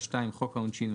חוק העונשין,